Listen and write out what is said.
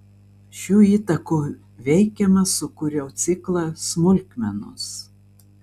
šių įtakų veikiamas sukūriau ciklą smulkmenos